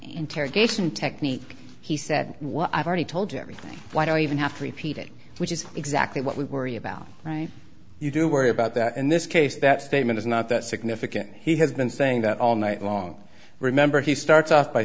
interrogation technique he said well i've already told you everything why do i even have to repeat it which is exactly what we worry about you do worry about that in this case that statement is not that significant he has been saying that all night long remember he starts off by